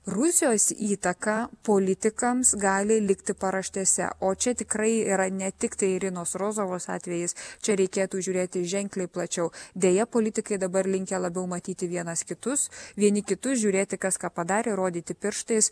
rusijos įtaka politikams gali likti paraštėse o čia tikrai yra ne tiktai irinos rozovos atvejis čia reikėtų žiūrėti ženkliai plačiau deja politikai dabar linkę labiau matyti vienas kitus vieni kitus žiūrėti kas ką padarė rodyti pirštais